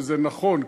וזה נכון,